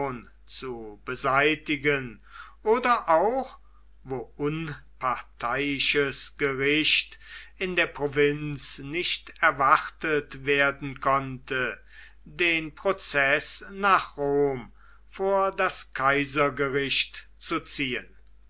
zu beseitigen oder auch wo unparteiisches gericht in der provinz nicht erwartet werden konnte den prozeß nach rom vor das kaisergericht zu ziehen